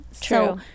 True